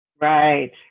Right